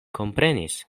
komprenis